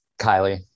kylie